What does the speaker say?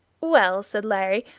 well, said larry,